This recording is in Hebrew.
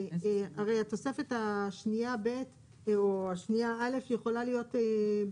הרי התוספת השנייה א' יכולה להיות,